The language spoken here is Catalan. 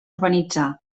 urbanitzar